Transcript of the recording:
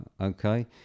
okay